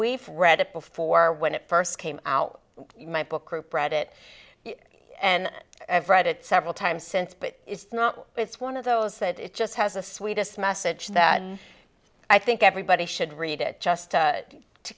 we've read it before when it first came out my book group read it and i've read it several times since but it's not it's one of those that it just has a sweetest message that i think everybody should read it just